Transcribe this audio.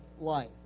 life